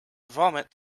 vomit